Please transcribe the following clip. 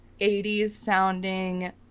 80s-sounding